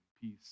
peace